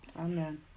Amen